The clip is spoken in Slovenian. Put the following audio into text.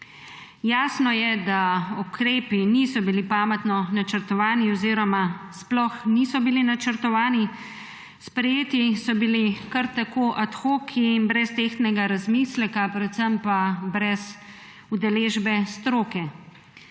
Jasno je, da ukrepi niso bili pametno načrtovani oziroma sploh niso bili načrtovani. Sprejeti so bili kar tako ad hoc in brez tehtnega razmisleka, predvsem pa brez udeležbe stroke.